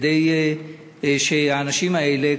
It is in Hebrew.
כדי שהאנשים האלה,